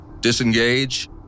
disengage